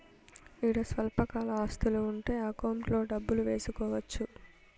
ఈడ స్వల్పకాల ఆస్తులు ఉంటే అకౌంట్లో డబ్బులు వేసుకోవచ్చు